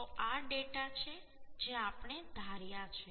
તો આ ડેટા છે જે આપણે ધાર્યા છે